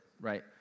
right